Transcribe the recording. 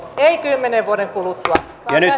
ei kymmenen vuoden kuluttua vaan tässä ja nyt